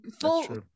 full